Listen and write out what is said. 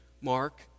Mark